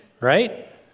right